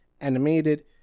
animated